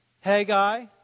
Haggai